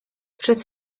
przez